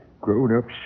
Grown-ups